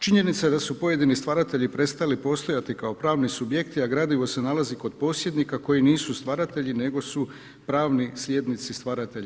Činjenica da su pojedini stvaratelji prestajali postojati kao pravni subjekti a gradivo se nalazi kod posjednika koji nisu stvaratelji nego su pravni slijednici stvaratelja.